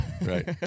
right